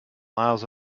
miles